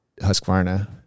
Husqvarna